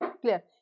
clear